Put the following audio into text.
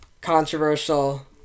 controversial